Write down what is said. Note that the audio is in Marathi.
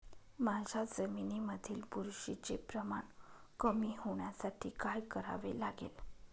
माझ्या जमिनीमधील बुरशीचे प्रमाण कमी होण्यासाठी काय करावे लागेल?